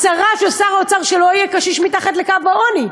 הצהרה של שר האוצר שלא יהיה קשיש מתחת לקו העוני.